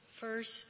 First